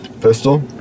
Pistol